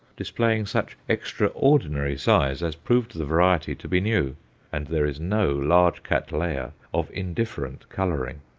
displaying such extraordinary size as proved the variety to be new and there is no large cattleya of indifferent colouring.